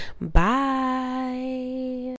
Bye